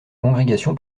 congrégation